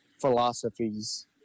philosophies